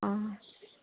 অ'